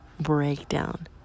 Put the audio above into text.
breakdown